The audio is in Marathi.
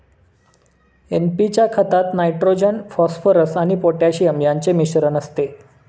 एन.पी च्या खतात नायट्रोजन, फॉस्फरस आणि पोटॅशियम यांचे मिश्रण असते